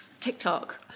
tiktok